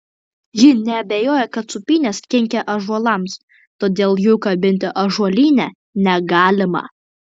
ji neabejoja kad sūpynės kenkia ąžuolams todėl jų kabinti ąžuolyne negalima